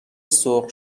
سرخ